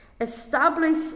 Establish